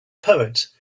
poet